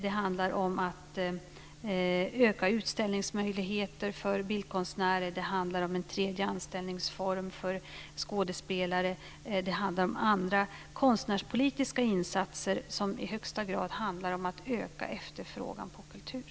Det handlar om utökade utställningsmöjligheter för bildkonstnärer, en tredje anställningsform för skådespelare och andra konstnärspolitiska insatser för att öka efterfrågan på kultur.